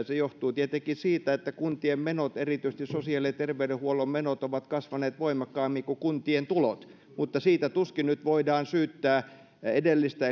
se johtuu tietenkin siitä että kuntien menot erityisesti sosiaali ja terveydenhuollon menot ovat kasvaneet voimakkaammin kuin kuntien tulot mutta siitä tuskin nyt voidaan syyttää edellistä